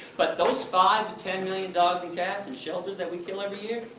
but those five ten million dogs and cats in shelters that we kill every year,